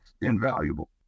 invaluable